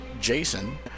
Jason